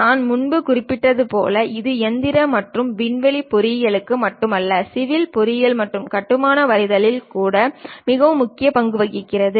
நான் முன்பு குறிப்பிட்டது போல இது இயந்திர மற்றும் விண்வெளி பொறியியலுக்கு மட்டுமல்ல சிவில் பொறியியல் மற்றும் கட்டுமான வரைதல் கூட முக்கிய பங்கு வகிக்கிறது